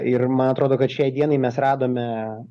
ir man atrodo kad šiai dienai mes radome